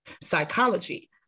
psychology